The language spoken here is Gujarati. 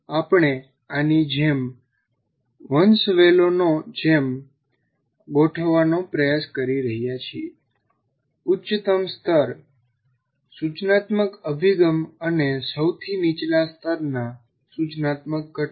આપણે આની જેમ વંશવેલોની જેમ ગોઠવવાનો પ્રયાસ કરી રહ્યા છીએ ઉચ્ચતમ સ્તર સૂચનાત્મક અભિગમ અને સૌથી નીચલા સ્તરના સૂચનાત્મક ઘટકો